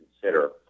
consider